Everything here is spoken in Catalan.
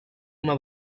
una